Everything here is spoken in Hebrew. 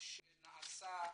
שנעשתה